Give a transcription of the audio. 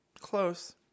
Close